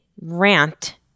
rant